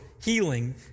healing